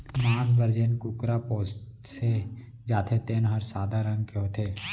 मांस बर जेन कुकरा पोसे जाथे तेन हर सादा रंग के होथे